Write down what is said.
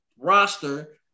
roster